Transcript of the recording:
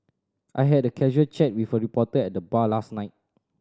I had a casual chat with a reporter at the bar last night